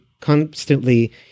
constantly